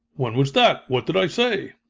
when was that? what did i say?